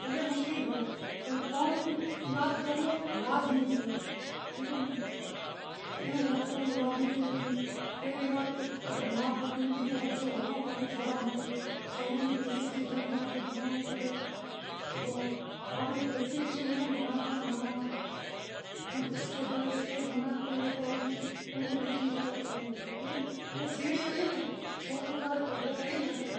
بھلیں مشکل ہوئے پنڑ پوئیم یاد کرنڑ لازمی سے، ٹھیک اے ناں، اینے یاد کرنڑ للازمی سے، پہریں قات اگر ما باپ نیں بھی توجہ ہونڑ کھپے سوراں متھے، سوراں نیں بیسک بنانوڑ کھپے، بیسک بناوشاں اسٹیپ بائی اسٹیپ اینے کرے